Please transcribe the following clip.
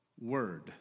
word